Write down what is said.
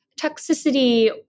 toxicity